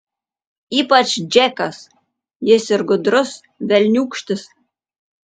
ypač džekas jis ir gudrus velniūkštis